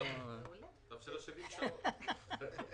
טוב שלא 70 שעות...